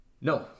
No